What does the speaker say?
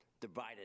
divided